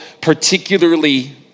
particularly